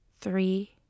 Three